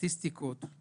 אני